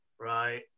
Right